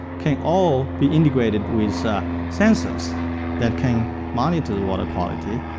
can all be integrated with sensors that can monitor the water quality,